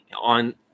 on